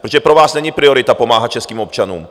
Protože pro vás není priorita pomáhat českým občanům.